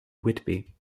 whitby